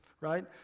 right